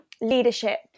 leadership